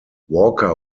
walker